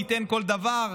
ניתן כל דבר,